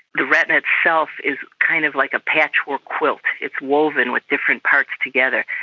the retina itself is kind of like a patchwork quilt, it's woven with different parts together.